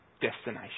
destination